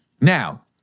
now